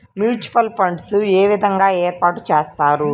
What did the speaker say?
Mutual funds ఏ విధంగా ఏర్పాటు చేస్తారు?